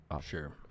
Sure